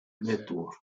network